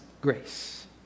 grace